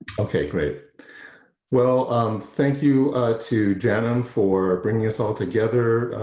okay great well thank you to janm for bringing us all together,